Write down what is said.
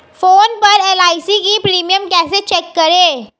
Phone पर LIC का premium कैसे चेक करें?